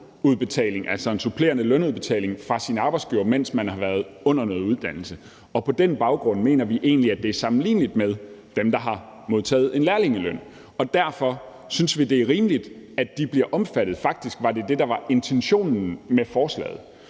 en supplerende lønudbetaling fra sin arbejdsgiver, mens man har været under noget uddannelse, og på den baggrund mener vi egentlig, at det er sammenligneligt med dem, der har modtaget en lærlingeløn. Derfor synes vi, det er rimeligt, at de bliver omfattet. Faktisk var det det, der var intentionen med forslaget.